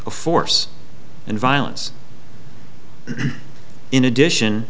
of force and violence in addition